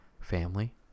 family